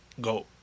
Go